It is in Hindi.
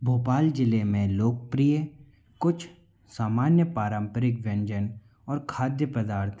भोपाल ज़िले में लोकप्रिय कुछ सामान्य पारंपरिक व्यंजन और खाद्य पदार्थ